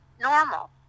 normal